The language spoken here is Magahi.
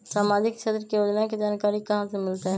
सामाजिक क्षेत्र के योजना के जानकारी कहाँ से मिलतै?